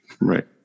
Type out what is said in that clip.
Right